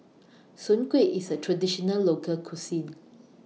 Soon Kueh IS A Traditional Local Cuisine